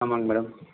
ஆமாம்ங்க மேடம்